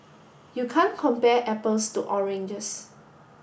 you can't compare apples to oranges